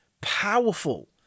powerful